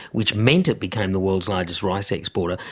which meant it became the world's largest rice exporter,